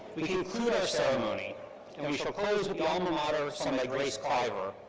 we conclude our ceremony and we shall close with the alma mater sung by grace cliver,